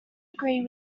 agree